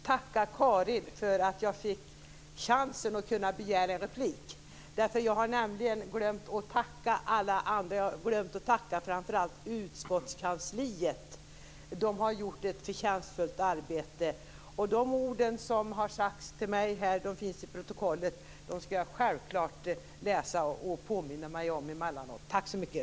Herr talman! Jag vill inte instämma, men jag vill tacka Karin för att jag fick chansen att begära replik. Jag har nämligen glömt att tacka framför allt utskottskansliet som gjort ett förtjänstfullt arbete. De ord som riktats till mig finns att läsa i protokollet. Dem skall jag självklart läsa och påminna mig om emellanåt. Tack så mycket!